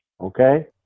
Okay